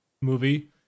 movie